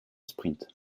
sprint